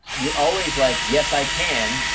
you're always like, yes, i can.